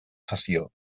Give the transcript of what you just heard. sessió